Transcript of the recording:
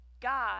God